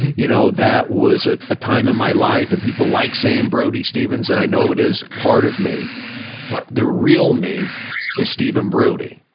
you know, that was ah a time in my life, and people liked saying brody stevens and i know it is part of me but the real me is steven brody.